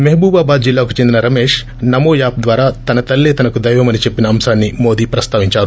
మెహబూబాబాద్ జిల్లాకు చెందిన రమేష్ నమో యాప్ ద్వారా తన తల్లే తనకు దైవం అని చెప్పిన అంశాన్ని మోదీ ప్రస్తావించారు